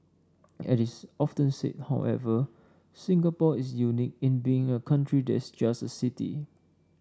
at is often said however Singapore is unique in being a country that's just a city